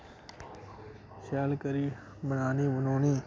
शैल करियै बनानी बनूनी